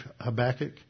Habakkuk